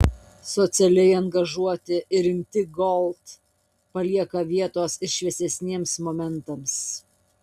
socialiai angažuoti ir rimti gold palieka vietos ir šviesesniems momentams